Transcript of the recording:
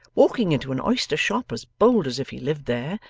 walking into an oyster-shop as bold as if he lived there,